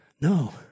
No